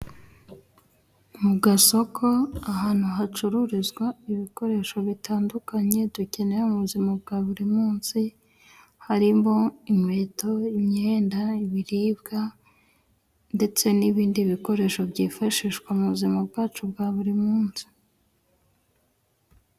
Mu gasoko ahantu hacururizwa ibikoresho bitandukanye dukeneye mu buzima bwa buri munsi, harimo inkweto, imyenda, ibiribwa ndetse n'ibindi bikoresho byifashishwa mu buzima bwacu bwa buri munsi.